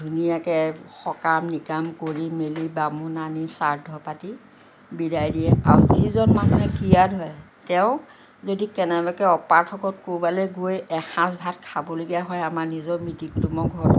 ধুনীয়াকৈ সকাম নিকাম কৰি মেলি বামুণ আনি শ্ৰাদ্ধ পাতি বিদায় দিয়ে আৰু যিজন মানুহে ক্ৰিয়া ধৰে তেওঁ যদি কেনেবাকৈ অপাৰ্থকত ক'ৰবালৈ গৈ এঁসাজ ভাত খাবলগীয়া হয় আমাৰ নিজৰ মিতিৰ কুটুমৰ ঘৰতো